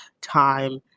time